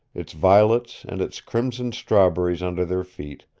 its violets and its crimson strawberries under their feet,